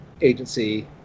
agency